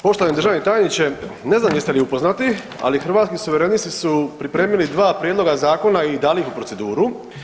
Poštovani državni tajniče, ne znam jeste li upoznati, ali Hrvatski suverenisti su pripremili 2 prijedloga zakona i dali ih u proceduru.